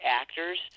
actors